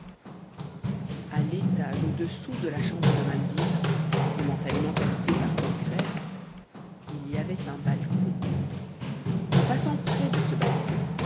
à l'étage au-dessous de la chambre de mandina momentanément habitée par tancrède il y avait un balcon en passant près de ce balcon